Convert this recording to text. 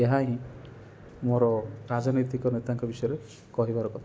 ଏହା ହିଁ ମୋର ରାଜନୈତିକ ନେତାଙ୍କ ବିଷୟରେ କହିବାର କଥା